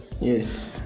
Yes